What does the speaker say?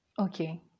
Okay